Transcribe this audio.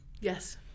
Yes